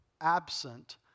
absent